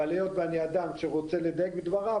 אבל היות ואני אדם שרוצה לדייק בדבריו,